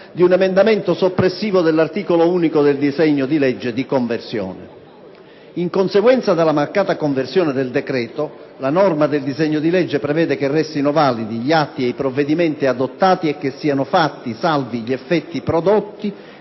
di un emendamento soppressivo dell'articolo unico del disegno di legge di conversione. In conseguenza della mancata conversione del decreto, la norma del disegno di legge prevede che restino validi gli atti e i provvedimenti adottati e che siano fatti salvi gli effetti prodotti